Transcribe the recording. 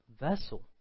vessel